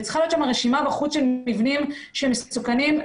צריכה להיות רשימה של מבנים מסוכנים.